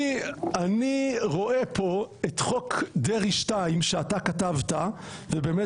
אני רואה כאן את חוק דרעי 2 שאתה כתבת ובאמת